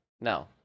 No